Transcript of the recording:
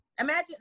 Imagine